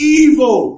evil